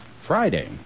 Friday